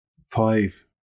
five